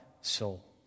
soul